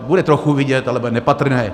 Bude trochu vidět, ale bude nepatrné.